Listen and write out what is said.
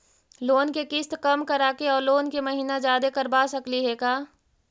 Loan के किस्त कम कराके औ लोन के महिना जादे करबा सकली हे का?